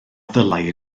ddylai